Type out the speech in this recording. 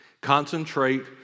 Concentrate